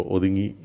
Odingi